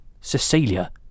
Cecilia